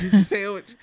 sandwich